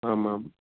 आम् आम्